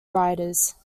writers